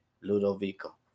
Ludovico